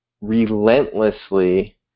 relentlessly